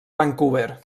vancouver